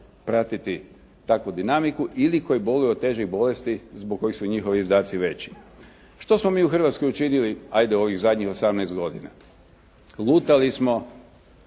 pratiti takvu dinamiku, ili koji boluju od težih bolesti zbog kojih su njihovi izdaci veći. Što smo mi u Hrvatskoj učinili, hajde u ovih zadnjih 18 godina? Lutali smo